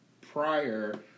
prior